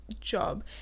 job